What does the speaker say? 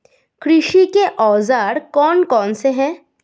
कृषि के औजार कौन कौन से हैं?